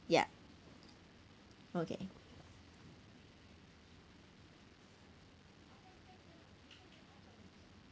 ya okay